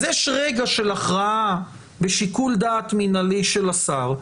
אז יש רגע של הכרעה בשיקול דעת מנהלי של השר,